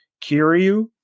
Kiryu